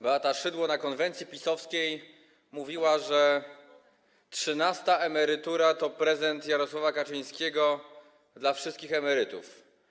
Beata Szydło na konwencji PiS mówiła, że trzynasta emerytura to prezent Jarosława Kaczyńskiego dla wszystkich emerytów.